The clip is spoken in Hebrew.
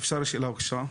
אפשר שאלה בבקשה?